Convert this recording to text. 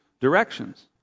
directions